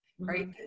right